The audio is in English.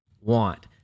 want